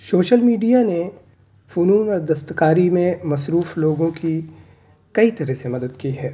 social media نے فنون اور دستکاری میں مصروف لوگوں کی کئی طرح سے مدد کی ہے